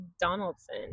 Donaldson